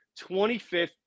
25th